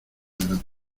adelante